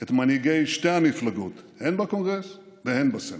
את מנהיגי שתי המפלגות, הן בקונגרס והן בסנאט.